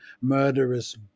murderous